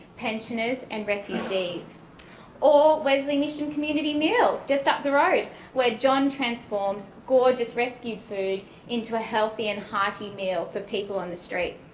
pensioners and refugees or wesley mission community meal just up the road where john transforms gorgeous rescue food into a healthy and hearty meal for people on the street.